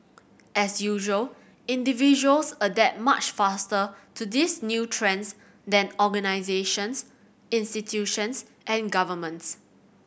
as usual individuals adapt much faster to these new trends than organisations institutions and governments